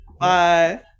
Bye